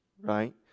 Right